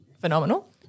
phenomenal